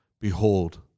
Behold